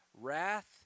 wrath